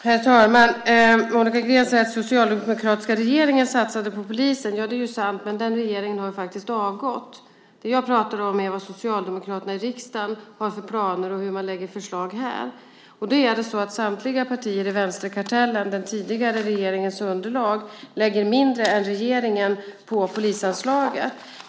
Herr talman! Monica Green säger att den socialdemokratiska regeringen satsade på polisen. Det är sant, men den regeringen har faktiskt avgått. Det jag pratar om är vad socialdemokraterna i riksdagen har för planer och hur man lägger fram förslagen här. Det är så att samtliga partier i vänsterkartellen, den tidigare regeringens underlag, lägger mindre än regeringen på polisanslaget.